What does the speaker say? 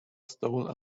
stole